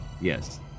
Yes